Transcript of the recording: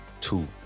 two